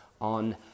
on